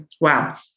Wow